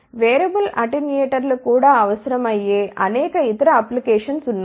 variable అటెన్యూయేటర్లు కూడా అవసరమయ్యే అనేక ఇతర అప్లికేషన్స్ ఉన్నాయి